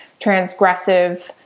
transgressive